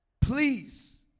Please